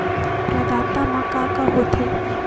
प्रदाता मा का का हो थे?